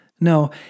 No